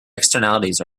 externalities